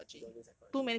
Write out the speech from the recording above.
you don't want do psychology